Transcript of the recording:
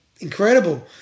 incredible